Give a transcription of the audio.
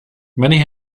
many